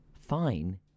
fine